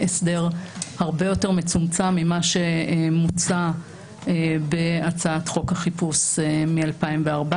הסדר הרבה יותר מצומצם ממה שמוצע בהצעת חוק החיפוש מ-2014,